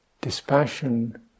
dispassion